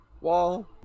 wall